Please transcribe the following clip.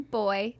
boy